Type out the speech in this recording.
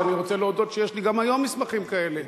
אז אני רוצה להודות שיש לי גם היום מסמכים כאלה.